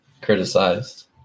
criticized